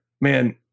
Man